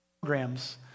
programs